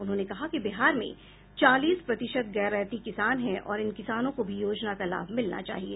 उन्होंने कहा कि बिहार में चालीस प्रतिशत गैर रैयती किसान हैं और इन किसानों को भी योजना का लाभ मिलना चाहिए